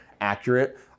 accurate